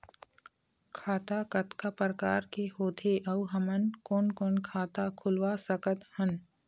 खाता कतका प्रकार के होथे अऊ हमन कोन कोन खाता खुलवा सकत हन?